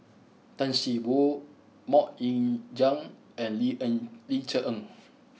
Tan See Boo Mok Ying Jang and Ling Eng Ling Cher Eng